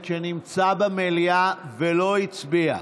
שנמצא במליאה ולא הצביע?